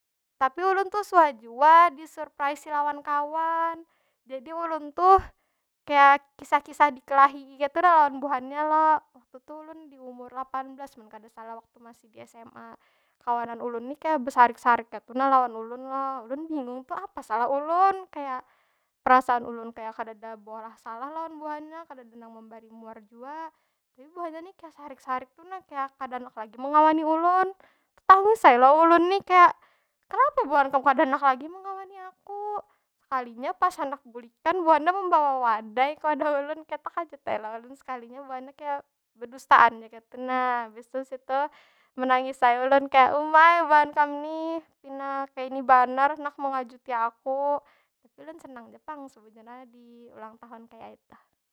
Tapi ulun tu suah jua disurprisei lawan kawan. Jadi ulun tuh, kaya kisah- kisah dikelahii kaytu nah lawan buhannya lo. Itu tu ulun di umur lapan belas mun kada salah, waktu masih di sma. Kawanan ulun ni kaya besarik- sarik kaytu nah lawan ulun lo. Ulun bingung tuh, apa salah ulun? Kaya, perasaan ulun kaya kadada beolah salah lawan buhannya, kadada nang membari muar jua, tapi buhannya ni kaya sarik- sarik tu nah. Kaya kada handak lagi mengawani ulun. Tetangis ai lo ulun ni kaya, kenapa buhan kam kada handak lagi mengawani aku? Sekalinya pas handak bulikan buhannya membawa wadai ke wadah ulun, kaya tekajut ai lo ulun. Sekalinya buhannya kaya bedustaan ja kaytu nah. Habis tu situ, menangis ai ulun kaya, uma ai buhan kam ni pina kaini banar handak mengajuti aku. Tapi ulun senang ja pang sebujurnya diulang tahun kaya itu.